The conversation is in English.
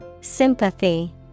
Sympathy